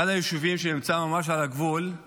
אחד היישובים שנמצא ממש על הגבול הוא